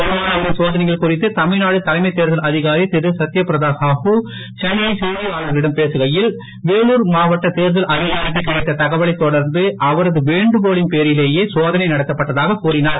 வருமானவரி சோதனைகள் குறித்து தமிழ்நாடு தலைமை தேர்தல் அதிகாரி திரு சத்யபிரதா சாகு சென்னையில் செய்தியாளர்களிடம் பேசுகையில் வேலூர் மாவட்ட தேர்தல் அதிகாரிக்கு கிடைத்த தகவலைத் தொடர்ந்து அவரது வேண்டுகோளின் பேரிலேயே சோதனை நடத்தப்பட்டதாக கூறினார்